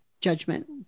judgment